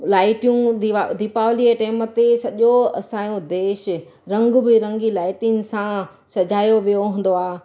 लाइटियूं दीवा दीपावलीअ जे टाइम ते सॼो असांजो देश रंग बिरंगी लाइटिनि सां सजायो वियो हूंदो आहे